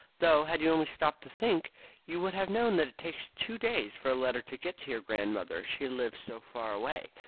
though, had you only stopped to think you would have known that it takes two days for a letter to get to your grandmother, she lives so far away.